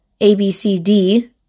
ABCD